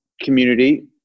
community